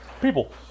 people